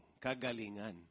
kagalingan